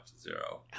zero